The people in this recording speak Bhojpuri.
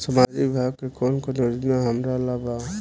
सामाजिक विभाग मे कौन कौन योजना हमरा ला बा?